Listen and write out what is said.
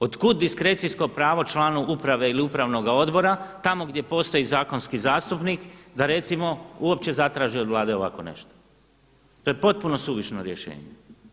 Od kud diskrecijsko pravo članu uprave ili upravnoga odbora tamo gdje postoji zakonski zastupnik da recimo uopće zatraži od Vlade ovako nešto, to je potpuno suvišno rješenje.